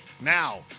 Now